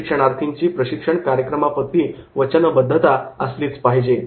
प्रशिक्षणार्थींची प्रशिक्षण कार्यक्रमाप्रती वचनबद्धता असलीच पाहिजे